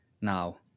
now